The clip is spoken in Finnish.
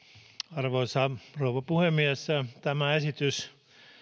arvoisa rouva puhemies tämä esitys